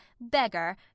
beggar